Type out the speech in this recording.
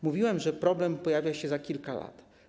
Mówiłem, że problem pojawi się za kilka lat.